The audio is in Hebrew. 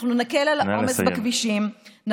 אנחנו נקל את העומס בכבישים, נא לסיים.